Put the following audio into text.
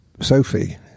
Sophie